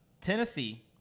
Tennessee